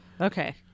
Okay